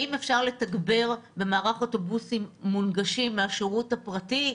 האם אפשר לתגבר במערך אוטובוסים מונגשים בשירות הפרטי?